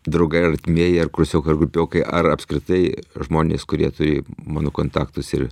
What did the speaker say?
draugai artimieji ar kursiokai ar gupiokai ar apskritai žmonės kurie turi mano kontaktus ir